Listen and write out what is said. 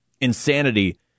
insanity